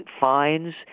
fines